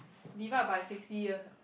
divide by sixty years